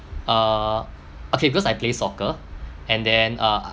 uh okay because I play soccer and then uh